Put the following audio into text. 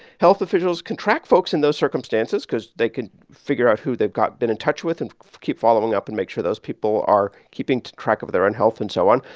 health officials can track folks in those circumstances because they can figure out who they've got been in touch with and keep following up and make sure those people are keeping track of their own health and so on.